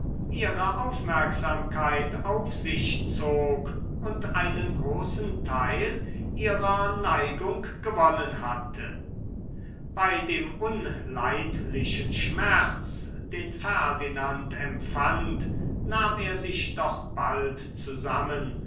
ihre aufmerksamkeit auf sich zog und einen großen teil ihrer neigung gewonnen hatte bei dem unleidlichen schmerz den ferdinand empfand nahm er sich doch bald zusammen